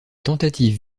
tentatives